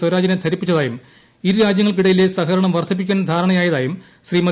സ്വരാജിനെ ധിരിപ്പിച്ചതായും ഇരുരാജൃങ്ങൾക്കിടയില്ലെ സഹകരണം വർദ്ധിപ്പിക്കാൻ ധാരണയായതായും ശ്രീമതി